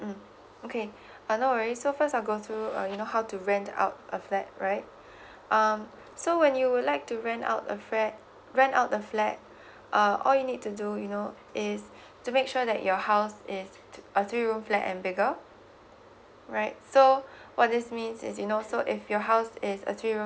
mm okay uh no worry so first I go through uh you know how to rent out a flat right um so when you would like to rent out a frat rent out a flat uh all you need to do you know is to make sure that your house is a three room flat and bigger right so what this means is you know so if your house is a three room